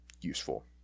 useful